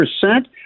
percent